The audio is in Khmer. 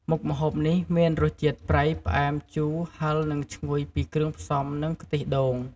មុខម្ហូបនេះមានរសជាតិ ប្រៃ ផ្អែម ជូរ ហឹរ និងឈ្ងុយ ពីគ្រឿងផ្សំ និងខ្ទិះដូង។